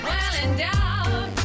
Well-endowed